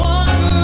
one